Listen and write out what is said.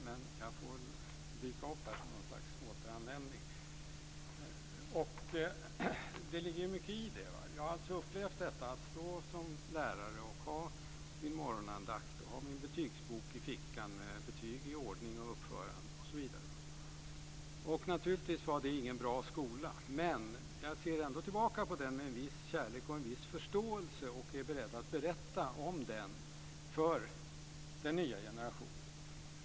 Men jag får väl dyka upp här som något slags återanvändning. Det ligger mycket i det. Jag har alltså upplevt detta att stå som lärare och ha min morgonandakt och ha min betygsbok i fickan med betyg i ordning och uppförande osv. Naturligtvis var det ingen bra skola. Men jag ser ändå tillbaka på den med en viss kärlek och en viss förståelse och är beredd att berätta om den för den nya generationen.